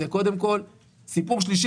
זה קודם כל סיפור שלישי,